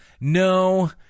No